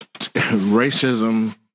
racism